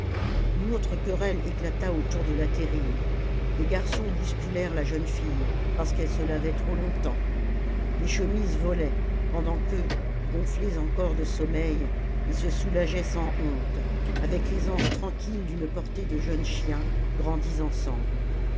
une autre querelle éclata autour de la terrine les garçons bousculèrent la jeune fille parce qu'elle se lavait trop longtemps les chemises volaient pendant que gonflés encore de sommeil ils se soulageaient sans honte avec l'aisance tranquille d'une portée de jeunes chiens grandis ensemble